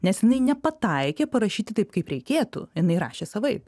nes jinai nepataikė parašyti taip kaip reikėtų jinai rašė savaip